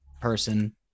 person